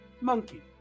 monkey